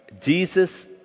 Jesus